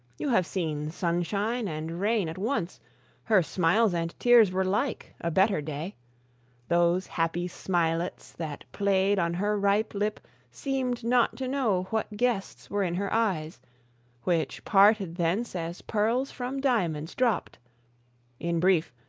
you have seen sunshine and rain at once her smiles and tears were like, a better day those happy smilets that play'd on her ripe lip seem'd not to know what guests were in her eyes which parted thence as pearls from diamonds dropp'd in brief,